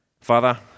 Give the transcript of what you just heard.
Father